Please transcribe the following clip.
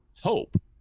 hope